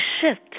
shift